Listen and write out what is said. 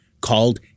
called